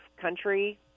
country